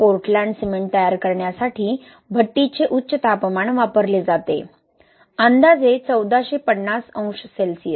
Portland cement तयार करण्यासाठी भट्टीचे उच्च तापमान वापरले जाते अंदाजे 1450 अंश सेल्सिअस